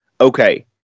okay